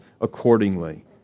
accordingly